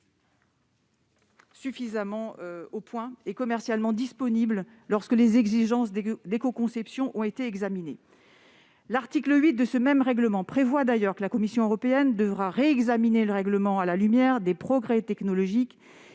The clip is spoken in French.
suffisamment au point et commercialement disponible lorsque les exigences d'écoconception ont été examinées ». L'article 8 de ce même règlement prévoit d'ailleurs que la Commission européenne devra réexaminer ces normes à la lumière des progrès technologiques